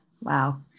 Wow